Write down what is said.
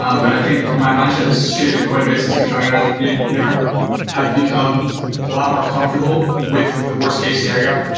um but i think my mindset has shifted quite a bit since becoming an entrepreneur. i've become a lot more comfortable with the worse case scenario.